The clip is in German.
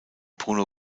bruno